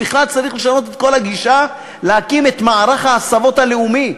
אבל בכלל צריך לשנות את כל הגישה: להקים את מערך ההסבות הלאומי.